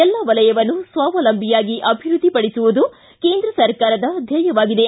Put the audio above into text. ಎಲ್ಲ ವಲಯವನ್ನೂ ಸ್ವಾವಲಂಬಿಯಾಗಿ ಅಭಿವೃದ್ದಿಪಡಿಸುವುದು ಕೇಂದ್ರ ಸರ್ಕಾರದ ಧ್ಯೇಯವಾಗಿದೆ